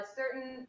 certain